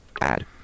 Add